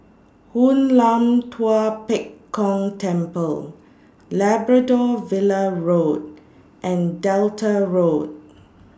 Hoon Lam Tua Pek Kong Temple Labrador Villa Road and Delta Road